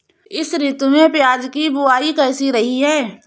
इस ऋतु में प्याज की बुआई कैसी रही है?